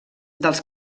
dels